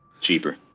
Cheaper